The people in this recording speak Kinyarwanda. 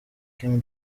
kim